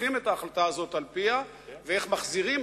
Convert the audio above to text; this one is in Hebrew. הופכים את ההחלטה הזאת על פיה ואיך מחזירים,